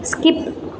skip